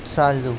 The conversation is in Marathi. चालू